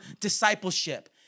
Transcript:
discipleship